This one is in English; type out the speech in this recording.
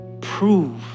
prove